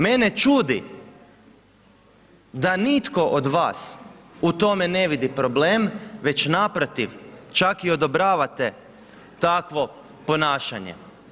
Mene čudi, da nitko od vas u tome ne vidi problem, već naprotiv, čak i odobravate takvo ponašanje.